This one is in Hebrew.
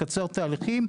מקצר תהליכים,